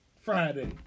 Friday